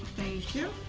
thank you